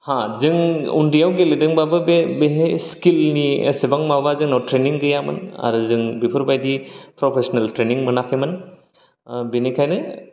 हा जों उन्दैआव गेलेदोंबाबो बे बेहाय स्किल नि एसेबां माबा जोंनाव ट्रेइनिं गैयामोन आरो जों बेफोरबायदि प्रफेस्नेल ट्रेइनिं मोनाखैमोन ओ बेनिखायनो